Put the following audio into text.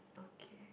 okay